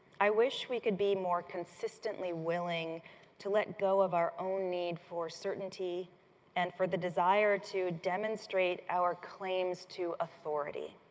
i wish we could be more consistently willing to let go of our own need for certainty and for the desire to demonstrate our claims to authority.